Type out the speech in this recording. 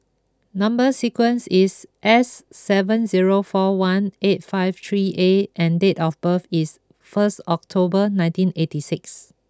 number sequence is S seven zero four one eight five three A and date of birth is first October nineteen eighty six